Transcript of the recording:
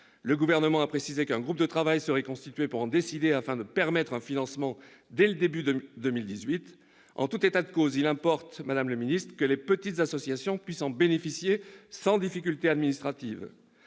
Le Gouvernement a précisé qu'un groupe de travail serait constitué pour en décider, afin de permettre un financement dès le début de 2018. En tout état de cause, il importe, madame la ministre, que les petites associations puissent en bénéficier, sans difficultés administratives.